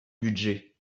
budget